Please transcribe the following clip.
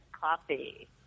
coffee